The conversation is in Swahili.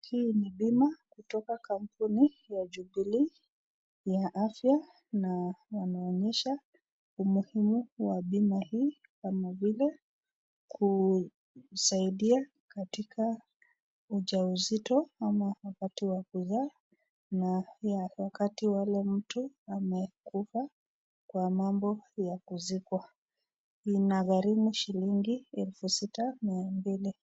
Hii ni bima kutoka kampuni ya jubilee ya afya na wanaonyesha umuhimu wa bima hii kama vile kusaidia katika ujauzito ama wakati wa kuzaa ama wakati mtu amekufa, kwa mambo ya kuzikwa. Inagharimu shilingi 6,200.